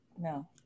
no